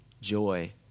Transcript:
joy